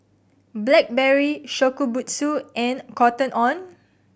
Blackberry Shokubutsu and Cotton On